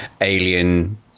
Alien